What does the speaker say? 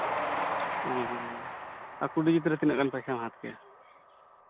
ᱟᱨ ᱠᱩᱰᱤ ᱡᱩᱛ ᱨᱮ ᱛᱤᱱᱟᱹᱜ ᱜᱟᱱ ᱯᱚᱭᱥᱟᱢ ᱦᱟᱛᱟᱣ ᱠᱮᱭᱟ